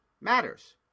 matters